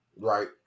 Right